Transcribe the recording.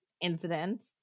incident